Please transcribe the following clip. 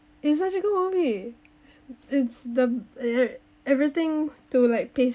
it's such a good movie it's the everything to like